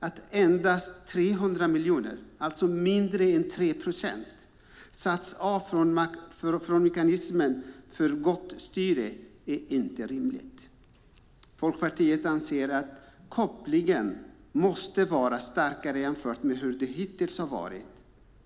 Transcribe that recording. Att endast 300 miljoner, mindre än 3 procent, avsätts från mekanismen för gott styre är inte rimligt. Folkpartiet anser att kopplingen måste vara starkare än den hittills har varit.